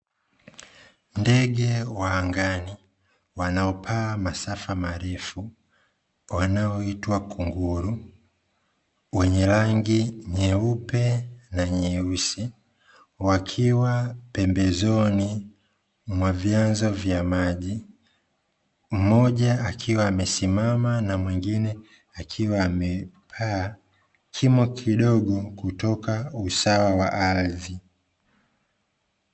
Ndege wa angani wanaopaa masafa marefu, wanaoitwa kunguru wenye rangi nyeupe na nyeusi, wakiwa pembezoni mwa vyanzo vya maji, mmoja akiwa amesimama na mwingine akiwa amepaa kimo kidogo kutoka usawa wa ardhi.